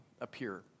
appear